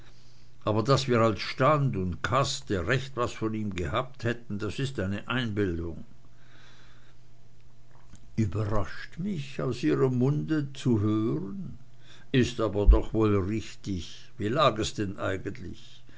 aber daß wir als stand und kaste so recht was von ihm gehabt hätten das ist eine einbildung überrascht mich aus ihrem munde zu hören ist aber doch wohl richtig wie lag es denn eigentlich